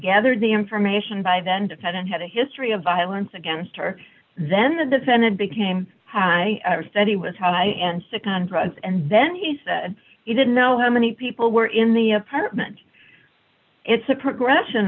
gathered the information by then defendant had a history of violence against her then the defendant became i said he was high and sick on drugs and then he said he didn't know how many people were in the apartment it's a progression